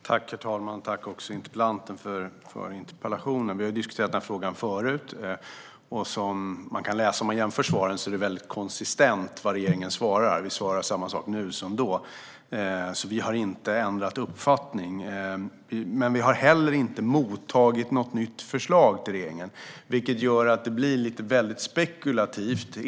Fru talman! Tack, interpellanten, för interpellationen! Vi har diskuterat denna fråga förut. Som man kan se om man jämför svaren svarar regeringen väldigt konsistent. Vi svarar samma sak nu som då. Vi har inte ändrat uppfattning. Men regeringen har heller inte mottagit något nytt förslag, vilket gör att hela diskussionen blir väldigt spekulativ.